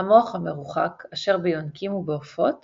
המוח המרוחק אשר ביונקים ובעופות